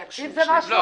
מומלצים זה משהו אחר.